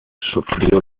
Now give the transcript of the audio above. sufrió